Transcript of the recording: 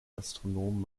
astronomen